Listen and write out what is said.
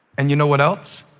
and you know what else?